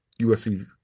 USC